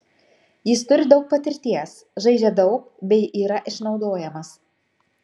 jis turi daug patirties žaidžia daug bei yra išnaudojamas